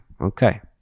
Okay